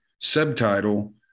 subtitle